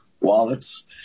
wallets